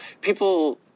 people